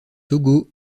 togo